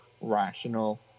rational